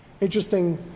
Interesting